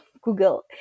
google